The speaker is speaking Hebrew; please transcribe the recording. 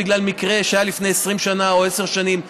בגלל מקרה שהיה לפני 20 שנה או עשר שנים,